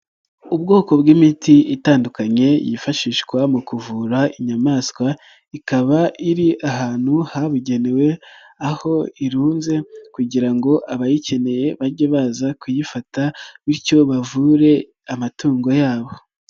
Ubwoko bw'imiti itandukanye yifashishwa mu kuvura inyamaswa, ikaba iri ahantu habugenewe, aho irunze kugira ngo abayikeneye bajye baza kuyifata, bityo bavure amatungo yabo.